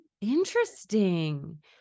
Interesting